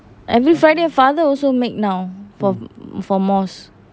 every friday father also make now for for mosque